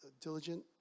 diligent